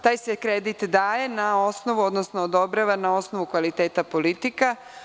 Taj se kredit daje na osnovu, odnosno odobrava na osnovu kvaliteta politika.